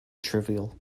trivial